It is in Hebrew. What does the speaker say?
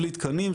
בלי תקנים,